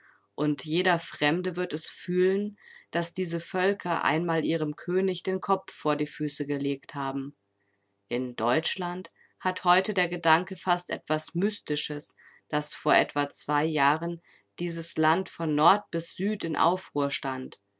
und jeder fremde wird es fühlen daß diese völker einmal ihrem könig den kopf vor die füße gelegt haben in deutschland hat heute der gedanke fast etwas mystisches daß vor etwa zwei jahren dieses land von nord bis süd in aufruhr stand